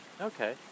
Okay